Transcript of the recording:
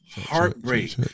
heartbreak